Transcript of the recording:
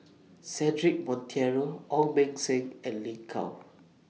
Cedric Monteiro Ong Beng Seng and Lin Gao